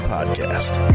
Podcast